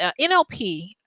NLP